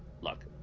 look